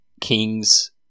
kings